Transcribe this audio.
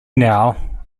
now